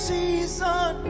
season